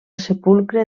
sepulcre